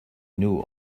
knew